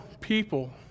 people